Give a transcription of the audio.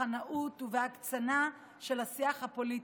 מחנאות ובהקצנה של השיח הפוליטי.